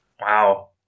Wow